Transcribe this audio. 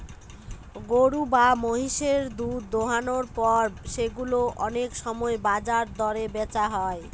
গরু বা মহিষের দুধ দোহানোর পর সেগুলো অনেক সময় বাজার দরে বেচা হয়